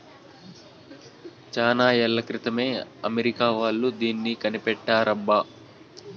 చానా ఏళ్ల క్రితమే అమెరికా వాళ్ళు దీన్ని కనిపెట్టారబ్బా